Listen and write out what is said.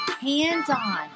hands-on